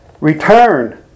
Return